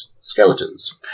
skeletons